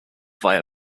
via